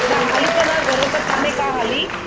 न हाली त न ज़रूरत कान्हे का हाली